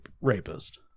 rapist